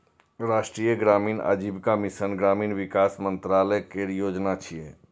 राष्ट्रीय ग्रामीण आजीविका मिशन ग्रामीण विकास मंत्रालय केर योजना छियै